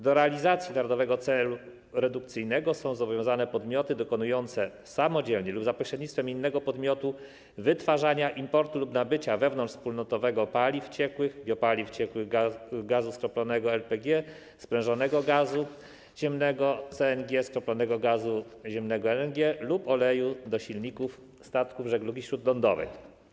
Do realizacji Narodowego Celu Redukcyjnego są zobowiązane podmioty dokonujące samodzielnie lub za pośrednictwem innego podmiotu wytwarzania, importu lub nabycia wewnątrzwspólnotowego paliw ciekłych, biopaliw ciekłych, gazu skroplonego LPG, sprężonego gazu ziemnego CNG, skroplonego gazu ziemnego LNG lub oleju do silników statków żeglugi śródlądowej.